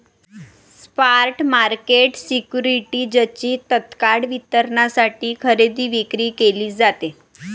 spot market सिक्युरिटीजची तत्काळ वितरणासाठी खरेदी विक्री केली जाते